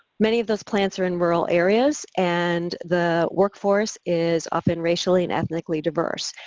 many of those plants are in rural areas and the workforce is often racially and ethnically diverse,